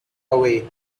away